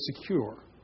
secure